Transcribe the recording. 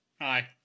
Hi